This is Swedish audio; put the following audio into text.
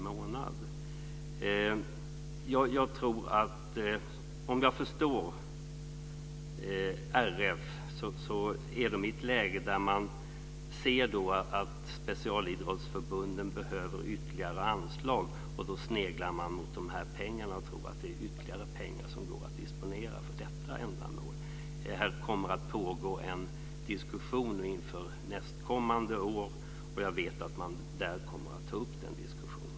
Vad jag förstår är Riksidrottsförbundet i ett läge där man ser att specialidrottsförbunden behöver ytterligare anslag, och då sneglar man på de här pengarna och tror att det är ytterligare pengar som går att disponera för detta ändamål. Det kommer att pågå en diskussion inför nästa år. Jag vet att man där kommer att ta upp den här frågan.